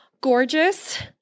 Gorgeous